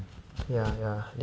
ya ya